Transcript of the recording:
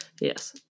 Yes